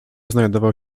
znajdował